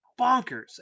bonkers